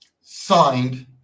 signed